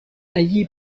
allí